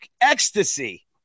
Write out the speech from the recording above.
ecstasy